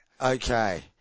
Okay